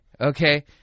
Okay